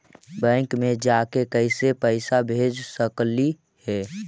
Bank मे जाके कैसे पैसा भेज सकली हे?